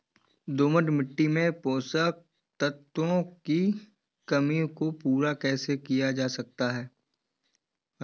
दोमट मिट्टी में पोषक तत्वों की कमी को पूरा कैसे किया जा सकता है?